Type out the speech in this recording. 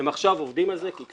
הם עכשיו עובדים על זה כי,